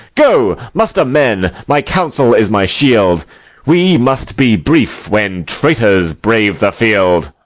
go, muster men my counsel is my shield we must be brief when traitors brave the field.